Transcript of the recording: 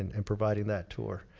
and and providing that tour.